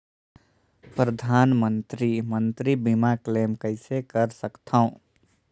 परधानमंतरी मंतरी बीमा क्लेम कइसे कर सकथव?